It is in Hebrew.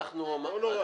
לא נורא,